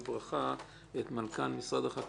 בברכה את מנכ"ל משרד החקלאות